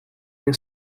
nie